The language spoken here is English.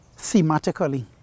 thematically